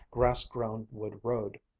grass-grown wood-road.